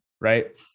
Right